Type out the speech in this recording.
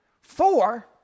Four